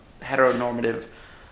heteronormative